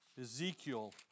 Ezekiel